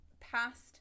past